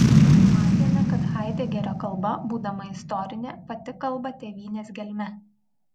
matėme kad haidegerio kalba būdama istorinė pati kalba tėvynės gelme